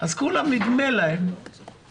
אז לכולם נדמה שביוני,